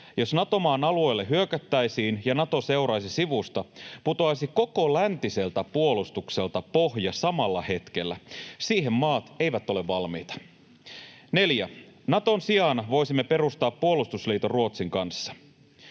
Jos Nato-maan alueelle hyökättäisiin ja Nato seuraisi sivusta, putoaisi koko läntiseltä puolustukselta pohja samalla hetkellä. Siihen maat eivät ole valmiita. 4) Naton sijaan voisimme perustaa puolustusliiton Ruotsin kanssa.